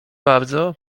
bardzo